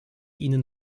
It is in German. ihnen